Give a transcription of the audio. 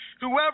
Whoever